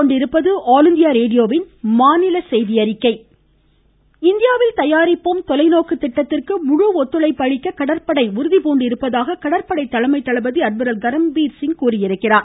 ம் ம் ம் ம் ம கரம்பீரட சிங் இந்தியாவில் தயாரிப்போம் தொலைநோக்கு திட்டத்திற்கு முழு ஒத்துழைப்பு அளிக்க கடற்படை உறுதிபூண்டிருப்பதாக கடற்படை தலைமை தளபதி அட்மிரல் கரம்பீர் சிங் தெரிவித்துள்ளார்